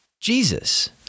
Jesus